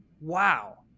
wow